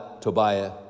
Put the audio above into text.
Tobiah